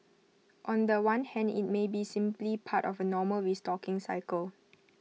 on The One hand IT may be simply part of A normal restocking cycle